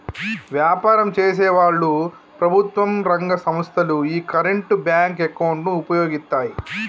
వ్యాపారం చేసేవాళ్ళు, ప్రభుత్వం రంగ సంస్ధలు యీ కరెంట్ బ్యేంకు అకౌంట్ ను వుపయోగిత్తాయి